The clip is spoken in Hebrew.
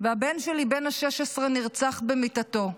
והבן שלי בן ה-16 נרצח במיטתו,